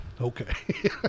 Okay